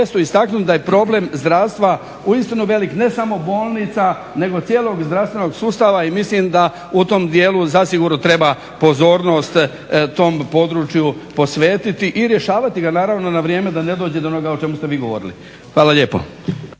mjestu istaknuti da je problem zdravstva uistinu velik ne samo bolnica nego cijelog zdravstvenog sustava i mislim da u tom dijelu treba pozornost tom području posvetiti i rješavati ga naravno na vrijeme da ne dođe do onoga o čemu ste vi govorili. Hvala lijepo.